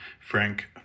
Frank